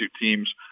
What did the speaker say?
teams